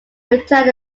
returned